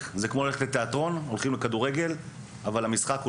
הולכים לכדורגל כמו שהולכים לתיאטרון,